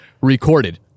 recorded